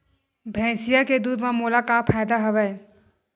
भैंसिया के दूध म मोला का फ़ायदा हवय?